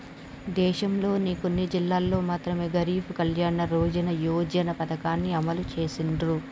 దేశంలోని కొన్ని జిల్లాల్లో మాత్రమె గరీబ్ కళ్యాణ్ రోజ్గార్ యోజన పథకాన్ని అమలు చేసిర్రు